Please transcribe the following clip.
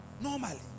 Normally